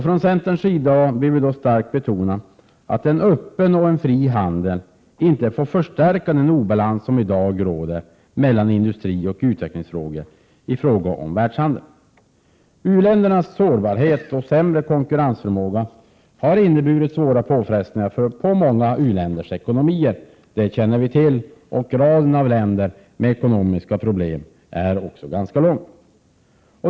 Från centerns sida vill vi starkt betona att en öppen och fri handel inte får förstärka den obalans som i dag råder mellan industrioch utvecklingsländer i fråga om världshandeln. U-ländernas sårbarhet och sämre konkurrensförmåga har inneburit svåra påfrestningar på många u-länders ekonomier. Det känner vi till. Raden av länder med ekonomiska problem är ganska lång.